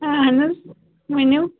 اَہَن حظ ؤنِو